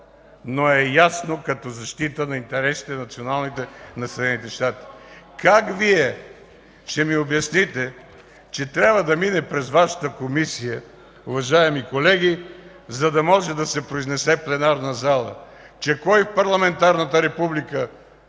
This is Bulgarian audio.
но е ясно като защита на националните интереси на Съединените щати. Как Вие ще ми обясните, че трябва да мине през Вашата комисия, уважаеми колеги, за да може да се произнесе пленарната зала?! Че кой в парламентарната република